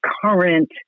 current